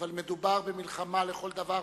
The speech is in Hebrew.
לנושא הבא: